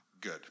Good